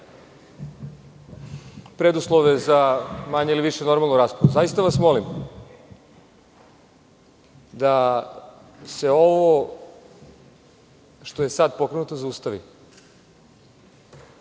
preduslove za neku manju ili više normalnu raspravu. Zaista vas molim da se ovo što je sada pokrenuto zaustavi.